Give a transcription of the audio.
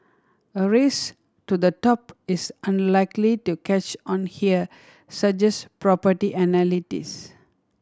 a race to the top is unlikely to catch on here suggest property analysts